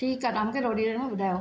ठीक आहे तां मूंखे थोड़ी देर में ॿुधायो